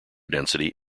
density